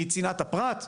מצנעת הפרט,